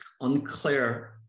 unclear